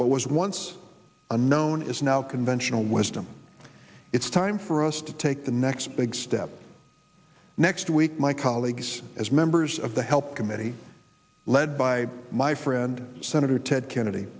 what was once unknown is now conventional wisdom it's time for us to take the next big step next week my colleagues as members of the health committee led by my friend senator ted kennedy